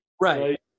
Right